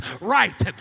right